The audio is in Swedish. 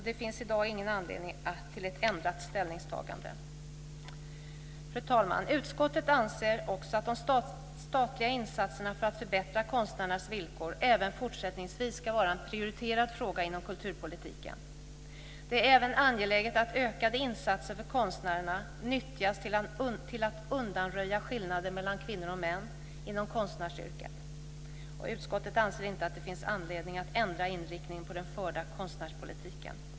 Det finns i dag ingen anledning till ett ändrat ställningstagande. Fru talman! Utskottet anser också att de statliga insatserna för att förbättra konstnärernas villkor även fortsättningsvis ska vara en prioriterad fråga inom kulturpolitiken. Det är även angeläget att ökade insatser för konstnärerna nyttjas till att undanröja skillnader mellan kvinnor och män inom konstnärsyrket. Utskottet anser inte att det finns anledning att ändra inriktning på den förda konstnärspolitiken.